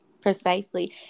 precisely